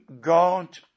God